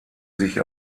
sich